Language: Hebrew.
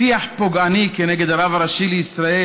שיח פוגעני כנגד הרב הראשי לישראל,